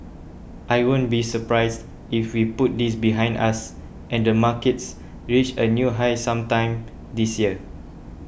I won't be surprised if we put this behind us and the markets reach a new high sometime this year